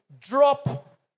drop